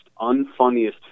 unfunniest